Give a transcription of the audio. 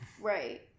Right